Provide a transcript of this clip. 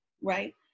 right